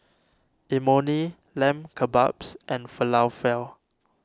Imoni Lamb Kebabs and Falafel